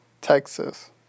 Texas